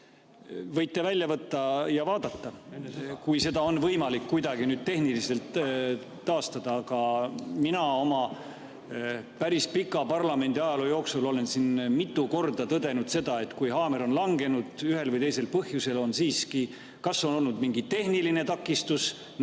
Võite välja võtta ja vaadata, kui seda on võimalik kuidagi tehniliselt taastada, aga mina oma päris pika parlamendis [töötamise] ajaloo jooksul olen mitu korda tõdenud seda, et kui haamer on langenud ühel või teisel põhjusel, on siiski … On olnud kas mingi tehniline takistus, näiteks